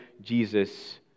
Jesus